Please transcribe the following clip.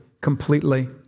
completely